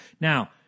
Now